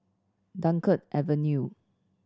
Dunkirk Avenue